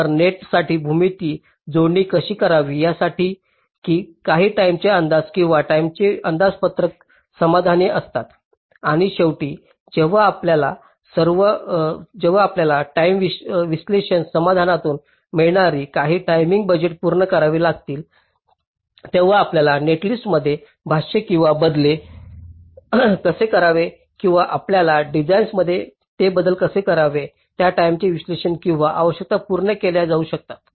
तर नेटसाठी भूमिती जोडणी कशी करावी यासाठी की काही टाईमेचे अंदाज किंवा टाईमेचे अंदाजपत्रक समाधानी असतात आणि शेवटी जेव्हा आपल्याला टाईम विश्लेषण साधनातून मिळणारे काही टाइमिंग बजेट पूर्ण करावे लागतील तेव्हा आपल्या नेटलिस्टमध्ये भाष्ये किंवा बदल कसे करावे किंवा आपल्या डिव्हाइसमध्ये जसे की त्या टाईमेचे विश्लेषण किंवा आवश्यकता पूर्ण केल्या जाऊ शकतात